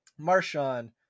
Marshawn